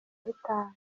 bitanu